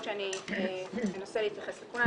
זה עניין שלכם.